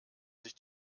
sich